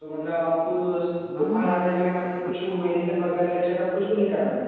तो मतलब आप बुखार आ रहा है लेकिन आपने कुछ भी मेडिसिन्स वगैरह या चेकअप कुछ भी नहीं कराया